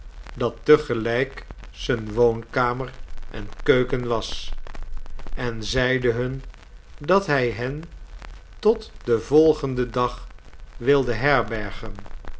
dat tegelijk zijne woonkamer en keuken was en zeide hun dat hij hen tot den volgenden dag wilde herbergen